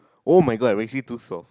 oh my god I am actually too soft